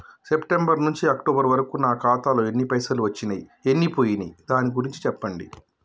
September నుంచి October వరకు నా ఖాతాలో ఎన్ని పైసలు వచ్చినయ్ ఎన్ని పోయినయ్ దాని గురించి చెప్పండి?